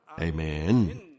Amen